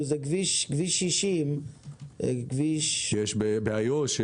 כביש 60 --- יש באיו"ש.